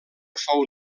fou